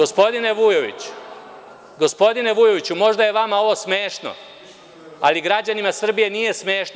Gospodine Vujoviću, gospodine Vujoviću, možda je vama ovo smešno, ali građanima Srbije nije smešno.